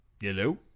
Hello